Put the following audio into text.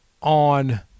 on